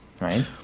right